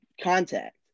contact